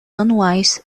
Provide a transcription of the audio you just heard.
anuais